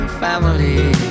family